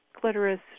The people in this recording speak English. clitoris